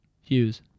Hughes